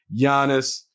Giannis